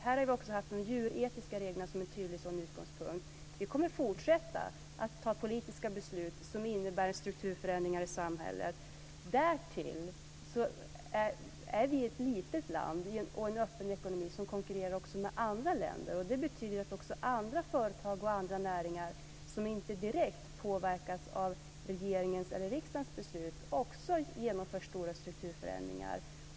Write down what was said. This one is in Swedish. Här har vi också haft de djuretiska reglerna som en tydlig sådan utgångspunkt. Vi kommer att fortsätta att ta politiska beslut som innebär strukturförändringar i samhället. Därtill är vi ett litet land och en öppen ekonomi som konkurrerar också med andra länder. Det betyder att andra företag och näringar, som inte direkt påverkas av regeringens eller riksdagens beslut, också genomför stora strukturförändringar.